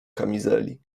kamizeli